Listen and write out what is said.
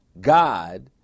God